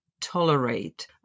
Tolerate